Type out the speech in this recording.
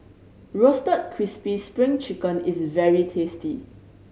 Roasted Crispy Spring Chicken is very tasty